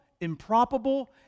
improbable